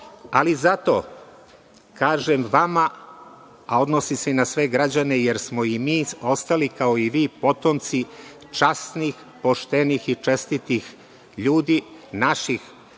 ali zato kažem vama, ali odnosi se i na sve građane, jer smo i mi ostali, kao i vi potomci časnih, poštenih i čestitih ljudi, naših